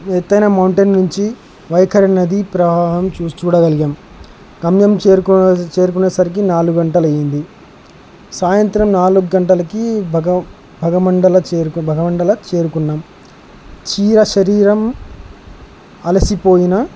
ఎత్తైన మౌంటెన్ నుంచి వైఖరి నదీ ప్రవాహం చూసి చూడగలిగాము గమ్యం చేరుకునే చేరుకునే సరికి నాలుగు గంటలు అయ్యంది సాయంత్రం నాలుగు గంటలకి భగ భగమండల చేరు భగమండల చేరుకున్నాము తీరా శరీరం అలసిపోయిన